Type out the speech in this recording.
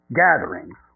gatherings